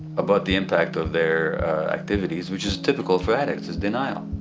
about the impact of their activities which is typical for addicts, is denial!